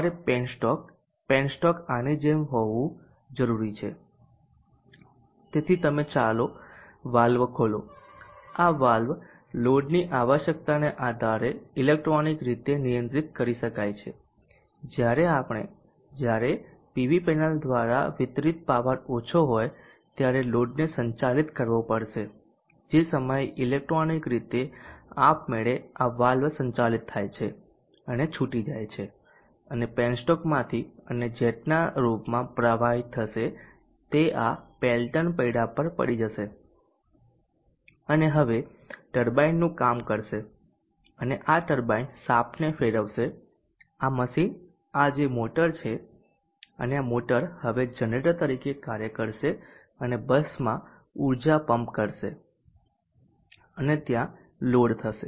અમારે penstock penstock આની જેમ હોવું જરૂરી છે તેથી તમે વાલ્વ ખોલો આ વાલ્વ લોડની આવશ્યકતાને આધારે ઇલેક્ટ્રોનિક રીતે નિયંત્રિત કરી શકાય છે જ્યારે આપણે જ્યારે પીવી પેનલ દ્વારા વિતરિત પાવર ઓછો હોય ત્યારે લોડને સંચાલિત કરવો પડશે જે સમયે ઇલેક્ટ્રોનિક રીતે આપમેળે આ વાલ્વ સંચાલિત થાય છે અને છૂટી જાય છે અને પેનસ્ટોકમાંથી અને જેટના રૂપમાં પ્રવાહિત થશે તે આ પેલ્ટન પૈડા પર પડી જશે અને આ હવે ટર્બાઇનનું કામ કરશે અને આ ટર્બાઇન શાફ્ટને ફેરવશે આ મશીન આ જે મોટર છે અને આ મોટર હવે જનરેટર તરીકે કાર્ય કરશે અને બસમાં ઊર્જા પંપ કરશે અને ત્યાં લોડ થશે